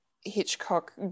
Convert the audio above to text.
Hitchcock